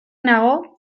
nago